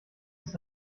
ist